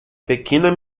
pequena